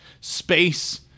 space